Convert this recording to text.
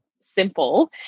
simple